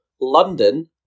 London